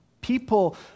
People